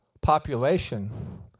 population